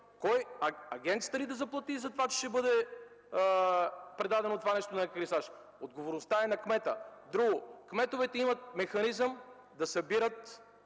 – агенцията ли да заплати за това, че ще бъде предадено на екарисаж? Отговорността е на кмета. Друго, кметовете имат механизъм да събират